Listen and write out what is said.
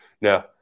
Now